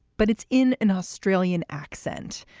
but it's in an australian accent,